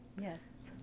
Yes